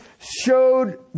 showed